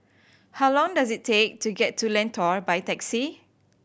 how long does it take to get to Lentor by taxi